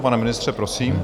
Pane ministře, prosím.